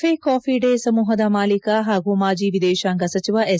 cafe coffee day ಸಮೂಹದ ಮಾಲೀಕ ಹಾಗೂ ಮಾಜಿ ವಿದೇಶಾಂಗ ಸಚಿವ ಎಸ್